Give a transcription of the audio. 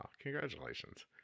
Congratulations